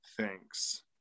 thanks